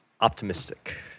Optimistic